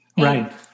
right